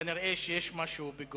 כנראה שיש משהו בגו.